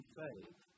faith